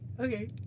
Okay